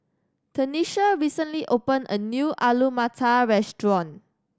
Tenisha recently opened a new Alu Matar Restaurant